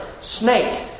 snake